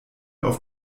auf